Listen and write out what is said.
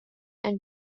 and